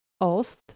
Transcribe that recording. ost